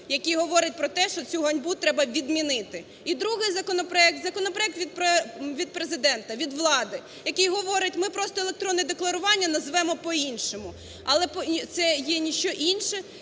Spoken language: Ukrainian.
якій говорять про те, що цю ганьбу треба відмінити, і другий законопроект, законопроект від Президента, від влади, який говорить: ми просто електронне декларування назвемо по-іншому. Але це є ніщо інше,